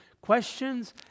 Questions